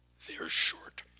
they are short.